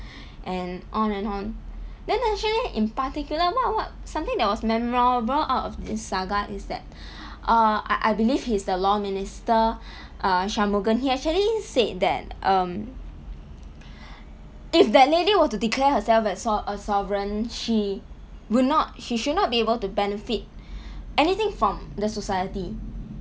and on and on then actually in particular what what something that was memorable out of this saga is that uh I believe he's the law minister uh shanmugam he actually said that um if that lady were to declare herself as so~ a sovereign she would not she should not be able to benefit anything from the society